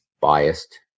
Biased